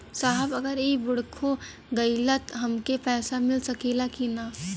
साहब अगर इ बोडखो गईलतऽ हमके पैसा मिल सकेला की ना?